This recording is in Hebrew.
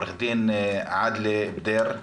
עורך הדין עאדל בדיר.